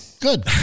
Good